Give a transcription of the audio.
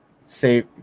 say